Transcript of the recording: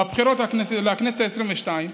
בבחירות לכנסת העשרים-ושתיים,